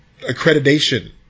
accreditation